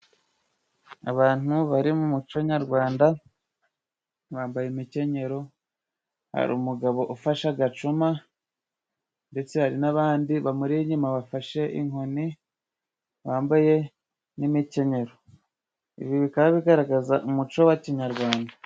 Abantu bari mu muco nyarwanda bambaye imikenyero, hari umugabo ufashe agacuma, ndetse hari n'abandi ba muri inyuma bafashe inkoni, bambaye n'imikenyero. Ibi bikaba bigaragaza umuco wa kinyarwanda.